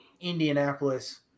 Indianapolis